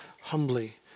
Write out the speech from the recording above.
humbly